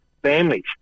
families